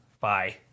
Bye